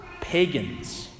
Pagans